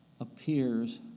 appears